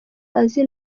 azi